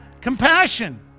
compassion